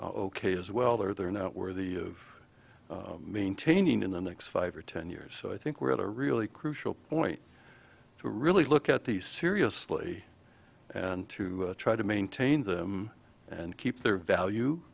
ok as well they're they're not worthy of maintaining in the next five or ten years so i think we're at a really crucial point to really look at these seriously and to try to maintain them and keep their